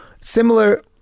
similar